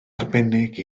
arbennig